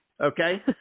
okay